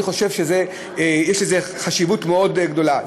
אני חושב שיש לזה חשיבות גדולה מאוד.